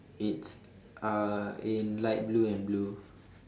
it's uh in light blue and blue